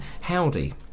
howdy